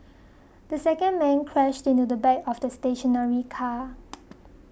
the second man crashed into the back of the stationary car